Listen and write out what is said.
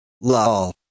Lol